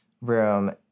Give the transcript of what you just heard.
room